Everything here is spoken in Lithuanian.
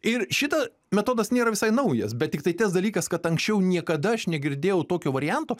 ir šita metodas nėra visai naujas bet tiktai tas dalykas kad anksčiau niekada aš negirdėjau tokio varianto